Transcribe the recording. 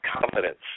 confidence